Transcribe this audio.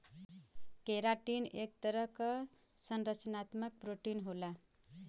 keratin एक तरह क संरचनात्मक प्रोटीन होला